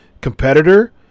competitor